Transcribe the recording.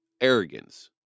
arrogance